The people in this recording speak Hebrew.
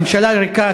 ממשלה ריקה,